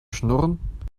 schnurren